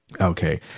Okay